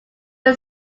are